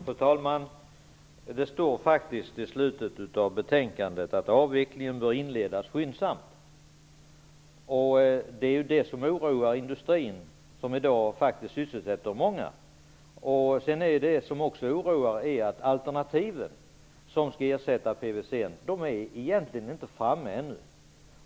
Fru talman! Det står faktiskt i slutet av betänkandet att avvecklingen bör inledas skyndsamt. Det är det som oroar industrin, som i dag faktiskt sysselsätter många. Det som också oroar är att de alternativ som skall ersätta PVC:n egentligen inte är framtagna ännu.